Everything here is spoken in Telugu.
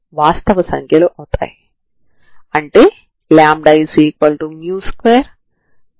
ఇప్పుడు మీరు u21 4c2hξη ని సమాకలనం చేయడానికి ప్రయత్నిస్తే ఇది ఏమవుతుంది